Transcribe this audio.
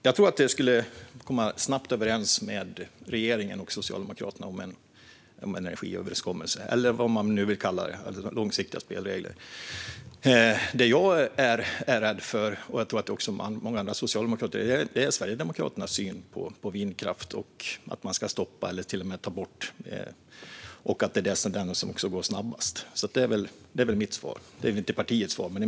Herr ålderspresident! Jag tror att regeringen och Socialdemokraterna snabbt skulle kunna komma överens om en energiöverenskommelse, det vill säga långsiktiga spelregler. Det jag är rädd för, och även många andra socialdemokrater, är Sverigedemokraternas syn på att stoppa eller ta bort vindkraft. Det är mitt svar - inte partiets svar.